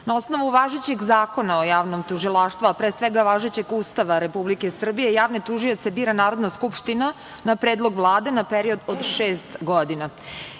Na osnovu važećeg Zakona o javnom tužilaštvu, a pre svega važećeg Ustava Republike Srbije, javne tužioce bira Narodna skupština na predlog Vlade, na period od šest godina. Iako